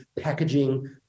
packaging